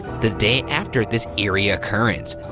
the day after this eerie occurrence.